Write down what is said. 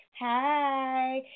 Hi